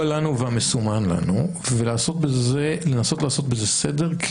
לנו והמסומן לנו ולנסות לעשות בזה סדר,